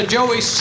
Joey